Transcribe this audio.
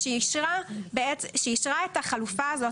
שהיא אישרה את החלופה הזאת,